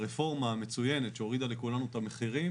הרפורמה המצוינת שהורידה לכולנו את המחירים